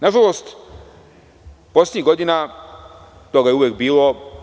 Nažalost, poslednjih godina toga je uvek bilo.